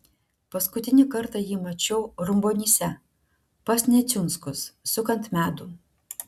paskutinį kartą jį mačiau rumbonyse pas neciunskus sukant medų